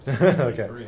Okay